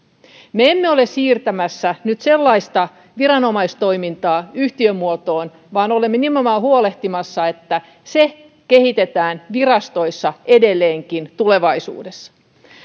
me emme ole siirtämässä nyt sellaista viranomaistoimintaa yhtiömuotoon vaan olemme nimenomaan huolehtimassa että sitä kehitetään virastoissa edelleenkin tulevaisuudessa